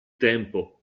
tempo